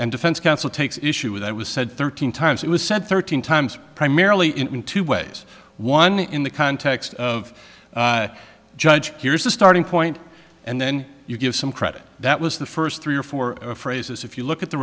and defense counsel takes issue with that was said thirteen times it was said thirteen times primarily in two ways one in the context of judge here's the starting point and then you give some credit that was the first three or four phrases if you look at the